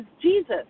Jesus